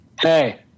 hey